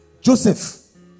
Joseph